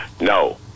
No